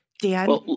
Dan